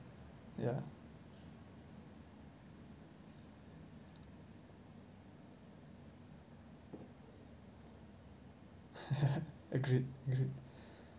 ya agreed agreed